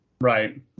Right